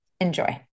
Enjoy